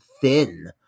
thin